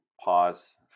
pause